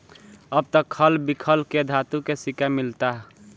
अब त खल बिखल के धातु के सिक्का मिलता